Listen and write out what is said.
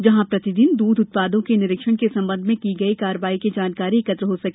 जहां प्रतिदिन दुग्ध उत्पादों के निरीक्षण के संबंध में की गई कार्यवाही की जानकारी एकत्र हो सके